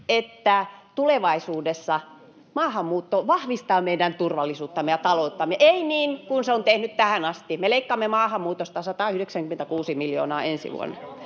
että tulevaisuudessa maahanmuutto vahvistaa meidän turvallisuuttamme ja talouttamme, ei niin kuin se on tehnyt tähän asti. Me leikkaamme maahanmuutosta 196 miljoonaa ensi vuonna.